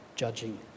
Judging